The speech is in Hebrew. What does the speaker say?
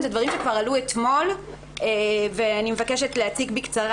אלה דברים שעלו כבר אתמול ואני מבקשת להציג בקצרה.